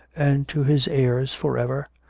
and to his heirs for ever,